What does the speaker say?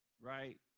right